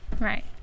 Right